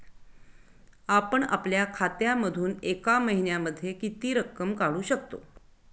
आपण आपल्या खात्यामधून एका महिन्यामधे किती रक्कम काढू शकतो?